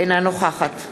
אינה נוכחת